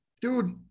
Dude